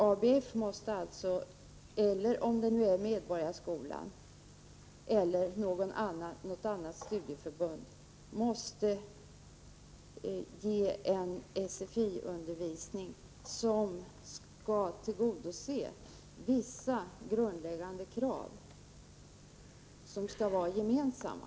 ABF — eller Medborgarskolan eller något annat studieförbund — måste ge en SFI-undervisning som skall tillgodose vissa grundläggande krav som skall vara gemensamma.